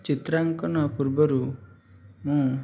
ଚିତ୍ରାଙ୍କନ ପୂର୍ବରୁ ମୁଁ